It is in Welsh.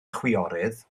chwiorydd